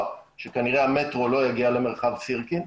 שכנראה המטרו לא יגיע למרחב סירקין.